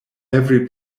every